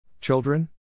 Children